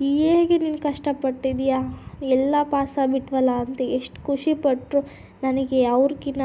ಹೇಗೆ ನೀನು ಕಷ್ಟಪಟ್ಟಿದ್ಯ ಎಲ್ಲ ಪಾಸ್ ಆಗ್ಬಿಟ್ಟವಲ್ಲ ಅಂತ ಎಷ್ಟು ಖುಷಿ ಪಟ್ಟರು ನನಗೆ ಅವರಿಗಿನ್ನ